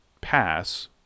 pass